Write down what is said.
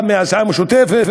גם מהסיעה משותפת,